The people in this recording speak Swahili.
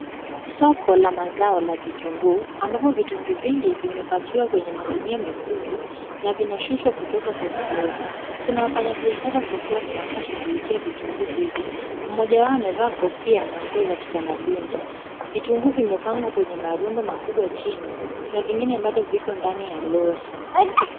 Soko la mazao la vitunguu, ambapo vitunguu vingi vimepakiwa kwenye magunia mekundu na vinashushwa kutoka kwenye lori. Kuna wafanyabiashara sokoni wanaoshughulikia vitu hivyo. Mmoja wao amevaa kofia na nguo za kitamaduni. Vitunguu vimepangwa kwenye marundo makubwa chini na vingine bado viko ndani ya lori.